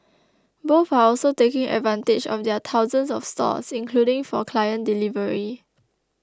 both are also taking advantage of their thousands of stores including for client delivery